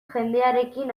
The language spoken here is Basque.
jendearekin